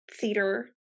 theater